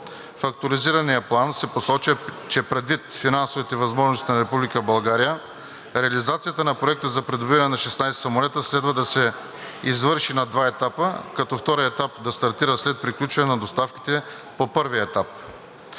В Актуализирания план се посочва, че предвид финансовите възможности на Република България реализацията на Проекта за придобиване на 16 самолета следва да се извърши на два етапа, като вторият етап да стартира след приключване на доставките по първия етап,